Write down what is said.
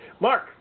Mark